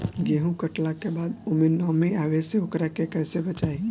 गेंहू कटला के बाद ओमे नमी आवे से ओकरा के कैसे बचाई?